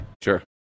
Sure